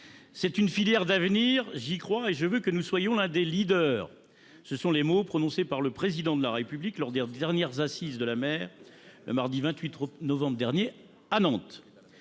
C’est une filière d’avenir. J’y crois et je veux que nous soyons l’un des leaders. » Tels sont les mots qu’a prononcés le Président de la République lors des dernières assises de la Mer, le mardi 28 novembre dernier à Nantes.